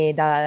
da